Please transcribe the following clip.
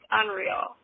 unreal